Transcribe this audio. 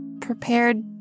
prepared